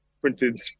printed